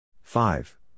Five